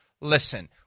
listen